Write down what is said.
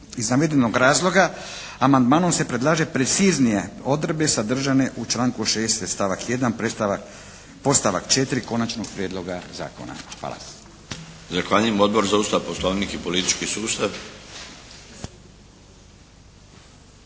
Iz navedenog razloga amandmanom se predlaže preciznije odredbe sadržane u članku 60. stavak 1. podstavak 4. Konačnog prijedloga Zakona. Hvala. **Milinović, Darko (HDZ)** Zahvaljujem. Odbor za Ustav, Poslovnik i politički sustav.